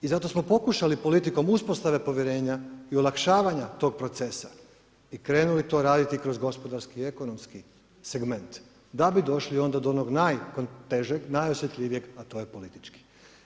I zato smo pokušali politikom uspostave povjerenja i olakšavanja tog procesa i krenuli to raditi kroz gospodarski i ekonomski segment da bi došli onda do onog najtežeg, najosjetljivijeg a to je politički.